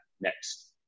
next